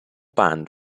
band